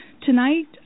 Tonight